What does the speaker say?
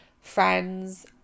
friends